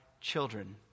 children